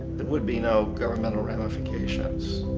there would be no governmental ramifications.